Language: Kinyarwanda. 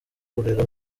kurera